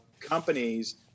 companies